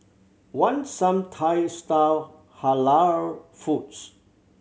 want some Thai style Halal foods